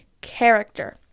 character